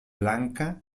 blanca